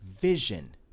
vision